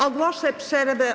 Ogłoszę przerwę.